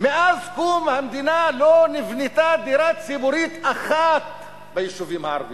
מאז קום המדינה לא נבנתה דירה ציבורית אחת ביישובים הערביים.